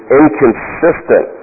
inconsistent